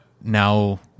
now